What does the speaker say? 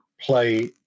play